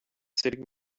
sitting